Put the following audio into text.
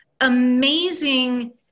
amazing